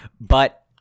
But-